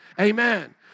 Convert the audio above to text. Amen